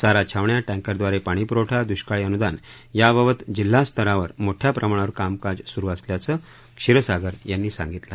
चारा छावण्या टँकरद्वारे पाणीपुरवठा दुष्काळी अनुदान याबाबत जिल्हास्तरावर मोठ्या प्रमाणावर कामकाज सुरू असल्याचं क्षीरसागर यांनी सांगितलं